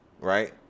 right